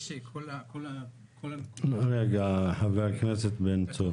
יש את כל הנקודות -- רגע, חבר הכנסת בן צור.